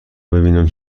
ببینیم